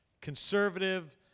conservative